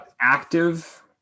active